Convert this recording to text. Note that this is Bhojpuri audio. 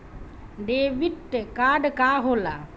डेबिट कार्ड का होला?